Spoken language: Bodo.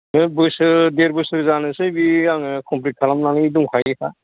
एक बोसोर देर बोसोर जानोसै बे आङो क'मप्लिट खालामनानै दंखायो दा